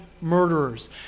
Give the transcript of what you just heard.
murderers